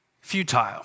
futile